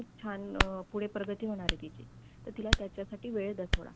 खूप छान पुढे प्रगती होणार आहे तिची तर तिला त्याच्यासाठी वेळ द्या थोडा